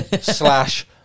Slash